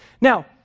Now